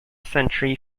century